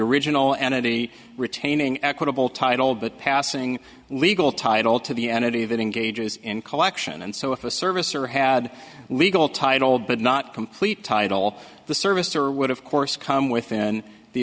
original entity retaining equitable title but passing legal title to the entity that engages in collection and so if a service or had legal title but not complete title the service or would of course come within the